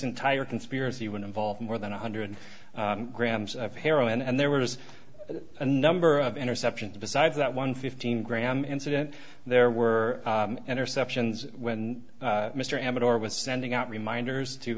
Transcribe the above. entire conspiracy would involve more than one hundred grams of heroin and there was a number of interceptions besides that one fifteen gram incident there were interceptions when mr amador was sending out reminders to